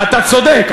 אתה צודק,